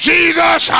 Jesus